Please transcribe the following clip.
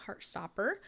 Heartstopper